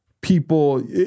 people